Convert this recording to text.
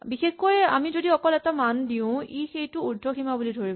বিশেষকৈ আমি যদি অকল এটা মান দিওঁ ই সেইটো উৰ্দ্ধসীমা বুলি ধৰিব